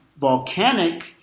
volcanic